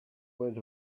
went